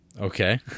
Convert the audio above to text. Okay